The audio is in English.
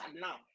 now